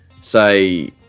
say